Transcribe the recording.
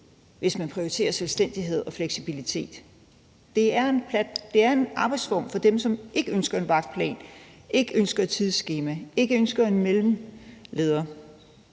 hvis man prioriterer selvstændighed og fleksibilitet. Det er en arbejdsform for dem, som ikke ønsker en vagtplan, ikke ønsker et tidsskema, ikke ønsker en mellemleder.